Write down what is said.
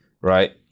right